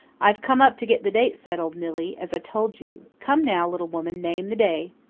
i've come up to get the date settled, nillie, as i told you. come now, little woman, name the day.